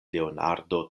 leonardo